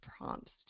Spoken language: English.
prompts